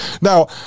Now